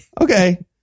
Okay